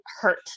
hurt